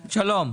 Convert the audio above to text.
שלום.